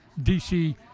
DC